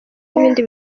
n’ibindi